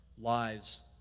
lives